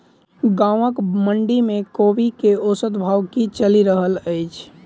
गाँवक मंडी मे कोबी केँ औसत भाव की चलि रहल अछि?